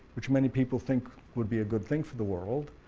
which many people think would be a good thing for the world,